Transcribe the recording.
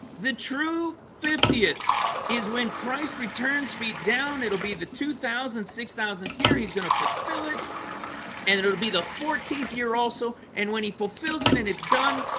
the true fiftieth is when christ returns feet down. it'll be the two thousand six thousandth year. he's going to fulfill it and it'll be the fourteenth year also and when he fulfills it and it's done,